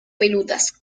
peludas